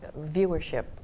viewership